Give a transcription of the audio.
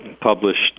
published